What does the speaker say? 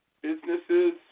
businesses